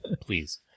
please